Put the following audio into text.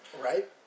Right